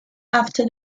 after